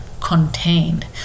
contained